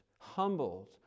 humbled